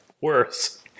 worse